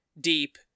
deep